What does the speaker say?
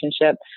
relationship